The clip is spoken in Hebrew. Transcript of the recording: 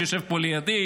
שיושב פה לידי,